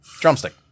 Drumstick